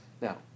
Now